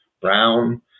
Brown